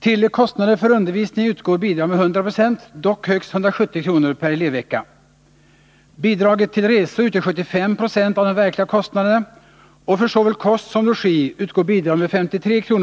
täcka kostnader för undervisning utgår bidrag med 100 96, dock med högst 170 kr. per elevvecka. Bidraget till resor utgör 75 Jo av de verkliga kostnaderna, och för såväl kost som logi utgår bidrag med 53 kr.